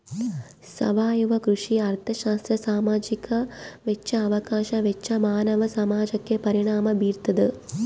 ಸಾವಯವ ಕೃಷಿ ಅರ್ಥಶಾಸ್ತ್ರ ಸಾಮಾಜಿಕ ವೆಚ್ಚ ಅವಕಾಶ ವೆಚ್ಚ ಮಾನವ ಸಮಾಜಕ್ಕೆ ಪರಿಣಾಮ ಬೀರ್ತಾದ